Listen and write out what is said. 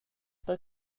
per